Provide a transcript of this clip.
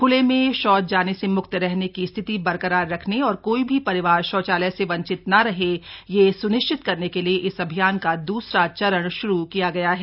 खुले में शौच जाने से मुक्त रहने की स्थिति बरकरार रखने और कोई भी परिवार शौचालय से वंचित न रहे यह सुनिश्चित करने के लिए इस अभियान का दूसरा चरण शुरू किया गया है